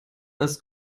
als